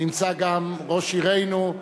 נמצא גם ראש עירנו,